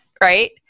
right